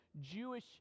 Jewish